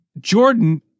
Jordan